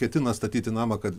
ketina statyti namą kad